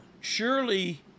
Surely